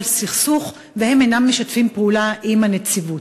סכסוך והם אינם משתפים פעולה עם הנציבות.